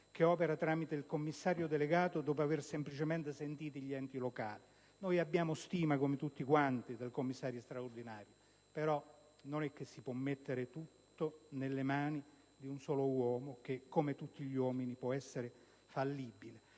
che opera tramite il commissario delegato, dopo aver semplicemente «sentito gli enti locali». Noi abbiamo stima, come tutti quanti, del commissario straordinario, però non si può mettere tutto nelle mani di un solo uomo che, come tutti gli uomini, può essere fallibile.